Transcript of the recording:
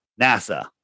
NASA